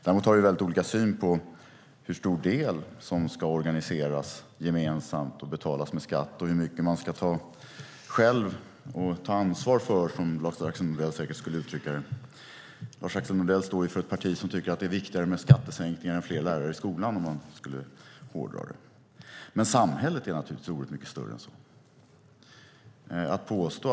Däremot har vi väldigt olika syn på hur stor del som ska organiseras gemensamt och betalas med skatt och hur mycket man ska ta ansvar för själv, som Lars-Axel Nordell säkert skulle uttrycka det. Lars-Axel Nordell företräder ett parti som tycker att det är viktigare med skattesänkningar än med fler lärare i skolan, om man hårdrar det. Men samhället är naturligtvis oerhört mycket större än så.